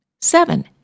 Seven